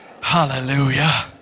Hallelujah